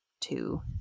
two